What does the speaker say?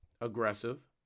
aggressive